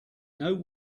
know